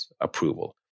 approval